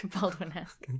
Baldwin-esque